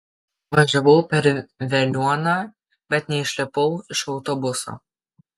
važiavau per veliuoną bet neišlipau iš autobuso